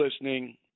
listening